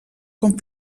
com